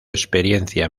experiencia